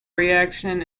reaction